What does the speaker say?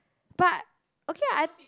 but okay ah I